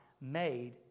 made